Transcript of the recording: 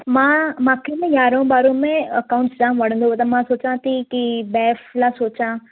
मां मांखे न यारहों ॿारहों में अकाउंटस जाम वणंदो हो त मां सोचियां थी की बैफ़ लाइ सोचियां